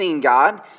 God